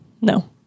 No